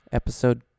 episode